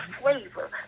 flavor